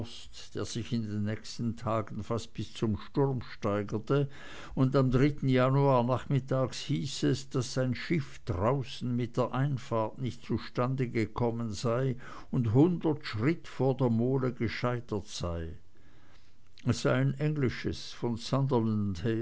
der sich in den nächsten tagen fast bis zum sturm steigerte und am januar nachmittags hieß es daß ein schiff draußen mit der einfahrt nicht zustande gekommen und hundert schritt vor der mole gescheitert sei es sei ein englisches von